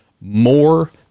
more